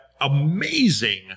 amazing